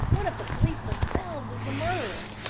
one of the police themselves is the murderer.